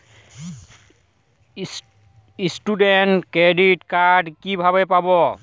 Student credit card কিভাবে পাব?